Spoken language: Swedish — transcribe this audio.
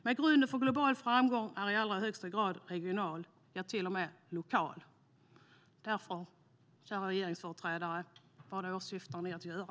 Men grunden för global framgång är i allra högsta grad regional, ja, till och med lokal. Därför, kära regeringsföreträdare, vad åsyftar ni att göra?